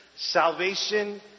Salvation